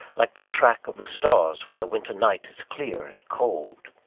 like the track of the stars when the winter night is clear and cold.